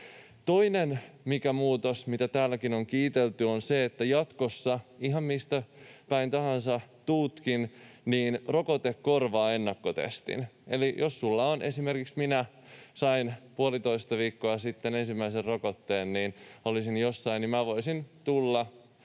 Toinen muutos, mitä täälläkin on kiitelty, on se, että jatkossa, ihan mistä päin tahansa tuletkin, rokote korvaa ennakkotestin. Eli kun esimerkiksi minä sain puolitoista viikkoa sitten ensimmäisen rokotteen ja olisin jossain, niin minä voisin tulla,